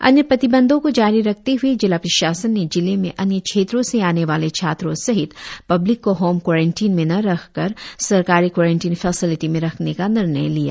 अन्य प्रतिबंधों को जारी रखते हए जिला प्रशासन ने जिले में अन्य क्षेत्रों से आने वाले छात्रों सहित पब्लिक को होम क्वारनटिन में न रखकर सरकारी क्वारनटिन फेसिलिटी में रखने का निर्णय लिया